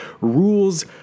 rules